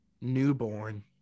newborn